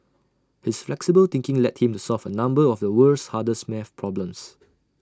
his flexible thinking led him to solve A number of the world's hardest math problems